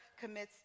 commits